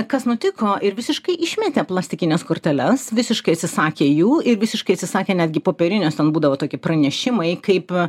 kas nutiko ir visiškai išmetė plastikines korteles visiškai atsisakė jų ir visiškai atsisakė netgi popierinės ten būdavo tokie pranešimai kaip